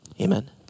Amen